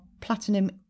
platinum